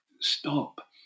stop